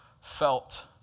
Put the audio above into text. felt